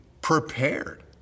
prepared